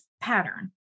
pattern